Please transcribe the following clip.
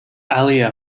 alia